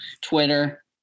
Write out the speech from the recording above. twitter